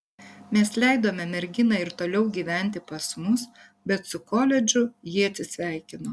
mes leidome merginai ir toliau gyventi pas mus bet su koledžu ji atsisveikino